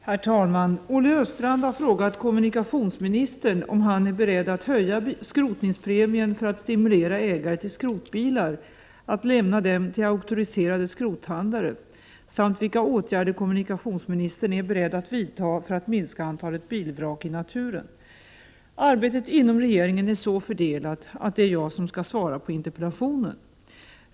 Herr talman! Olle Östrand har frågat kommunikationsministern om han är beredd att höja skrotningspremien för att stimulera ägare till skrotbilar att lämna dem till auktoriserade skrothandlare samt vilka åtgärder kommunikationsministern är beredd att vidta för att minska antalet bilvrak i naturen. Arbetet inom regeringen är så fördelat att det är jag som skall svara på interpellationen.